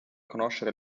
conoscere